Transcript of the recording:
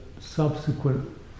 subsequent